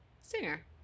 Singer